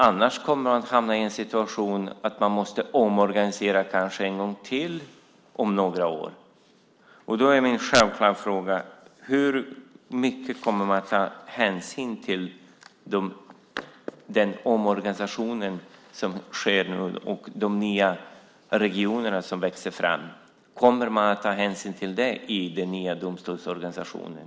Annars kommer man att hamna i den situationen att man kanske måste omorganisera en gång till om några år. Då är min självklara fråga: Hur mycket kommer man att ta hänsyn till den omorganisation som sker nu och de nya regioner som växer fram? Kommer man att ta hänsyn till detta i den nya domstolsorganisationen?